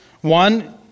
one